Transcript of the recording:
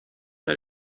are